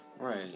Right